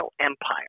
empire